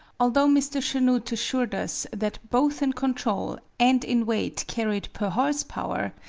although mr. chanute assured us that, both in control and in weight carried per horse-power,